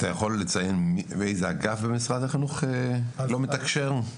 אתה יכול לציין באיזה אגף במשרד החינוך לא מתקשר?